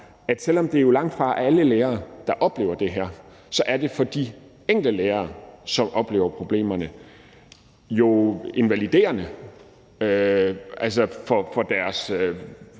at selv om det jo langtfra er alle lærere, der oplever det her, så er det for de enkelte lærere, som oplever problemerne, jo ikke kun invaliderende for deres